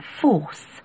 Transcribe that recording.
force